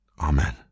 Amen